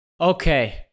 Okay